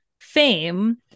fame